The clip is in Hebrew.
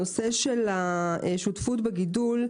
הנושא של השותפות בגידול,